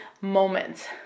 moments